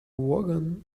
wagon